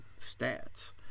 stats